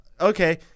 okay